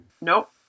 Nope